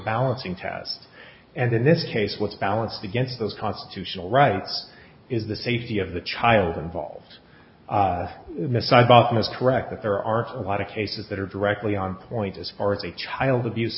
balancing test and in this case what's balanced against those constitutional rights is the safety of the child involved the sidebottom is correct that there are a lot of cases that are directly on point as far as a child abuse